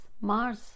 Mars